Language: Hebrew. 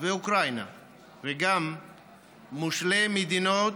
ואוקראינה וגם מושלי מדינות,